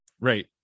right